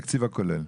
התקציב הכולל.